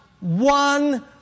one